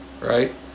right